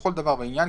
לכל דבר ועניין,